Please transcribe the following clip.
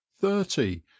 thirty